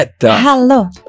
Hello